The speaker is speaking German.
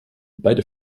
beide